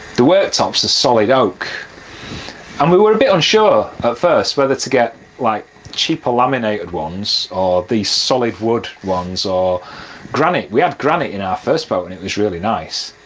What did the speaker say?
the worktops to solid oak and we were a bit unsure at first whether to get like cheaper laminated ones or these solid wood ones or granite, we had granite in our first boat and it was really nice,